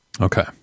Okay